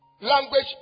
language